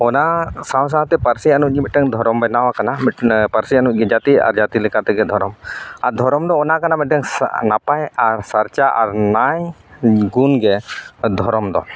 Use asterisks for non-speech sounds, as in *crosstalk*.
ᱚᱱᱟ ᱥᱟᱶᱼᱥᱟᱶᱛᱮ ᱯᱟᱹᱨᱥᱤᱭᱟᱱ ᱱᱚᱜᱼᱚᱭ ᱡᱮ ᱢᱤᱫᱴᱟᱝ ᱫᱷᱚᱨᱚᱢ ᱵᱮᱱᱟᱣ ᱟᱠᱟᱱᱟ ᱢᱤᱫᱴᱟᱝ ᱯᱟᱹᱨᱥᱤ ᱟᱹᱱᱤᱡᱜᱮ ᱡᱟᱛᱤ ᱟᱨ ᱡᱟᱛᱤ ᱞᱮᱠᱟᱛᱮᱜᱮ ᱫᱷᱚᱨᱚᱢ ᱟᱨ ᱫᱷᱚᱨᱚᱢ ᱫᱚ ᱚᱱᱟ ᱠᱟᱱᱟ ᱢᱤᱫᱴᱟᱝ *unintelligible* ᱱᱟᱯᱟᱭ ᱟᱨ ᱥᱟᱨᱪᱟ ᱟᱨ ᱱᱟᱭ ᱜᱩᱱᱜᱮ ᱫᱷᱚᱨᱚᱢ ᱫᱚ